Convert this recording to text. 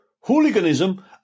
Hooliganism